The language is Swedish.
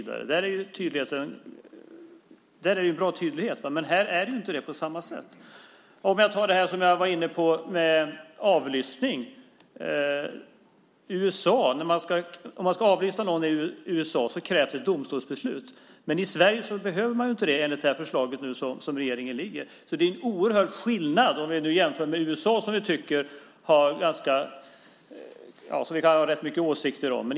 Där är det bra tydlighet. Här är det inte det på samma sätt. Ska man avlyssna någon i USA krävs det ett domstolsbeslut. I Sverige behöver man enligt regeringens förslag inte det. Det är en oerhörd skillnad om vi jämför med USA som vi kan ha ganska mycket åsikter om.